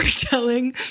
telling